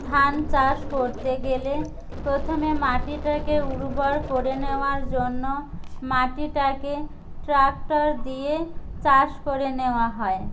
ধান চাষ করতে গেলে প্রথমে মাটিটাকে উর্বর করে নেওয়ার জন্য মাটিটাকে ট্রাক্টর দিয়ে চাষ করে নেওয়া হয়